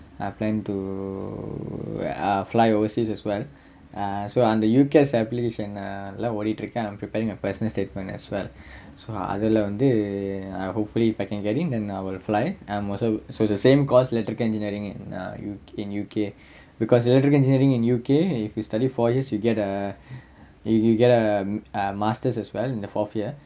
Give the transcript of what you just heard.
uh plan to fly overseas as well ah so on the U_C_A_S application err lah ஓடிட்டு இருக்கேன்:odittu irukkaen I'm preparing a personal statement as well so அதுல வந்து:athula vanthu err hopefully I can get in then I will fly so it's the same course uh electrical engineering in err you in U_K because electrical engineering in U_K if you study four years you get a you get a a masters as well for four years